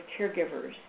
caregivers